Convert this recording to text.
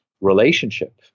relationship